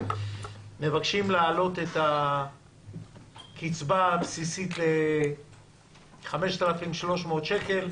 מבקשים להעלות את הקצבה הבסיסית ל-5,300 שקל.